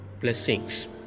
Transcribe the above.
blessings